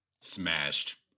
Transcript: Smashed